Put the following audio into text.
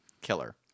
killer